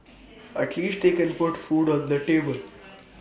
at least they can put food on the table